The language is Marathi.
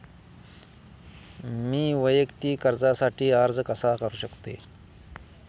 मी वैयक्तिक कर्जासाठी अर्ज कसा करु शकते?